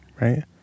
right